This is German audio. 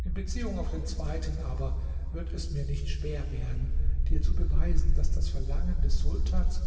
in beziehung auf den zweiten aber wird es mir nicht schwer werden dir zu beweisen daß das verlangen des sultans